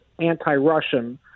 anti-Russian